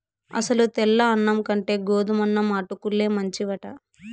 అసలు తెల్ల అన్నం కంటే గోధుమన్నం అటుకుల్లే మంచివట